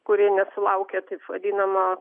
kurie nesulaukia taip vadinamo